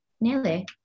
Nearly